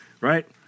right